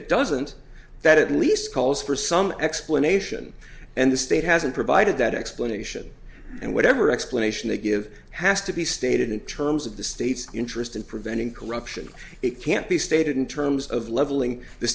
it doesn't that at least calls for some explanation and the state hasn't provided that explanation and whatever explanation they give has to be stated in terms of the state's interest in preventing corruption it can't be stated in terms of leveling the